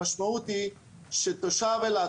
המשמעות היא שתושב אילת,